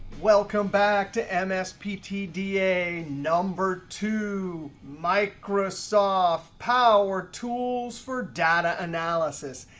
welcome back to and msptda number two, microsoft power tools for data analysis.